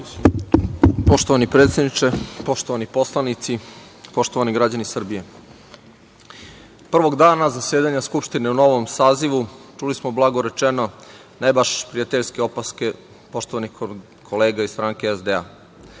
Poštovani predsedniče, poštovani poslanici, poštovani građani Srbije, prvog dana zasedanja Skupštine u novom sazivu čuli smo blago rečeno ne baš prijateljske opaske poštovanih kolega iz stranke SDA,